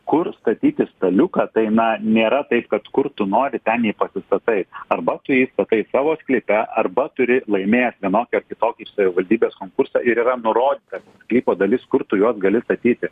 kur statyti staliuką tai na nėra taip kad kur tu nori ten jį pasistatai arba tu jį statai savo sklype arba turi laimėjęs vienokį ar kitokį savivaldybės konkursą ir yra nurodyta sklypo dalis kur tu juos gali statyti